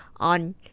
on